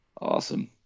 Awesome